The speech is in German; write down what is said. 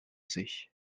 sich